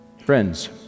Friends